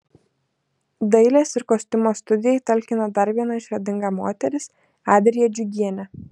dailės ir kostiumo studijai talkina dar viena išradinga moteris adrija džiugienė